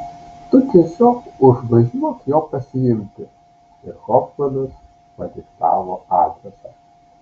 tu tiesiog užvažiuok jo pasiimti ir hofmanas padiktavo adresą